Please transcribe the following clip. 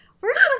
First